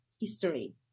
history